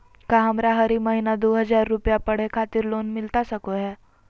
का हमरा हरी महीना दू हज़ार रुपया पढ़े खातिर लोन मिलता सको है?